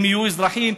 הם יהיו אזרחים,